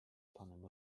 panem